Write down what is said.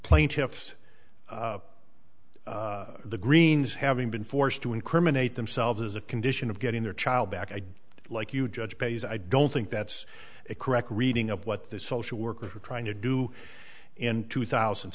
plaintiffs the greens having been forced to incriminate themselves as a condition of getting their child back i'd like you judge pays i don't think that's a correct reading of what the social workers were trying to do in two thousand